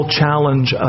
challenge